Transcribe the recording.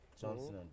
Johnson &